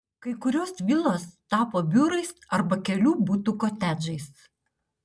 kai kurios vilos tapo biurais arba kelių butų kotedžais